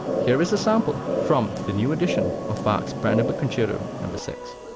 here is a sample from the new edition of bach's brandenburg concerto no. but six.